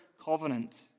covenant